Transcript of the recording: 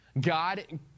God